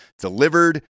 delivered